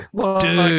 Dude